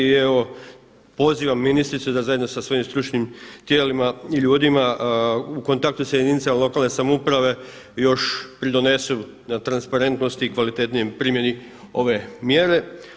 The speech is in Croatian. I evo pozivam ministricu da zajedno sa svojim stručnim tijelima i ljudima u kontaktu sa jedinicama lokalne samouprave još pridonesu na transparentnosti i kvalitetnijoj primjeni ove mjere.